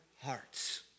hearts